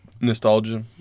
nostalgia